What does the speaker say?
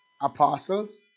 apostles